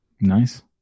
Nice